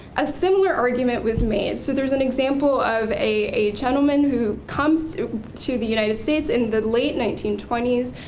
a similar argument was made. so there's an example of a a gentleman who comes to the united states in the late nineteen twenty s.